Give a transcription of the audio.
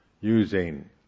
using